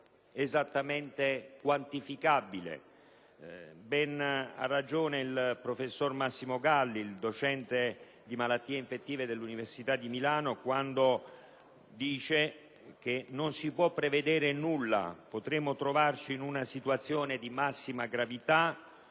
esattamente quantificabile. Ha ben ragione il professor Massimo Galli, docente di malattie infettive dell'Università di Milano, quando dice che non si può prevedere nulla: potremo trovarci in una situazione di massima gravità